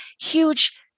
huge